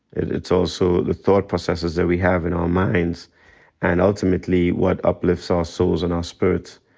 it's also the thought processes that we have in our minds and ultimately what uplifts our souls and our spirits.